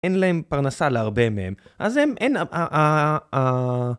אין להם פרנסה להרבה מהם אז הם, אין, אה...